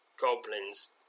goblins